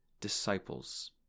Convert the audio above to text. disciples